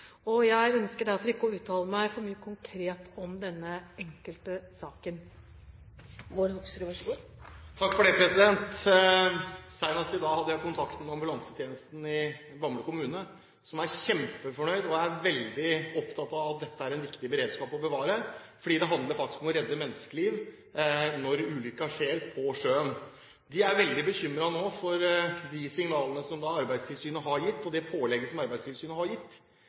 Jeg ønsker derfor ikke å uttale meg for mye konkret om denne enkeltsaken. Senest i dag hadde jeg kontakt med ambulansetjenesten i Bamble kommune. De er kjempefornøyd. De er veldig opptatt av at dette er en viktig beredskap å bevare, for det handler faktisk om å redde menneskeliv når ulykken skjer på sjøen. De er nå veldig bekymret for de signalene og det pålegget som Arbeidstilsynet har gitt. Fordi dette er en organisasjon, anser man det som